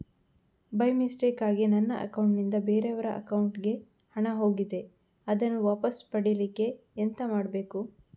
By ಮಿಸ್ಟೇಕಾಗಿ ನನ್ನ account ನಿಂದ ಬೇರೆಯವರ ಅಕೌಂಟ್ ಗೆ ಹಣ ಹೋಗಿದೆ ಅದನ್ನು ವಾಪಸ್ ಪಡಿಲಿಕ್ಕೆ ಎಂತ ಮಾಡಬೇಕು?